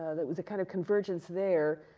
ah there was a kind of convergence there,